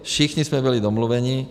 Všichni jsme byli domluveni.